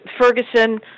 Ferguson